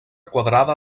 quadrada